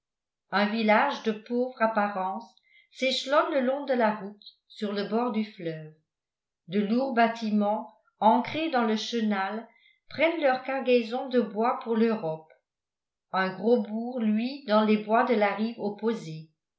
un village de pauvre apparence s'échelonne le long de la route sur le bord du fleuve de lourds bâtiments ancrés dans le chenal prennent leur cargaison de bois pour l'europe un gros bourg luit dans les bois de la rive opposée